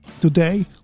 Today